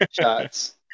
Shots